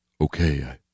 Okay